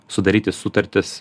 sudaryti sutartis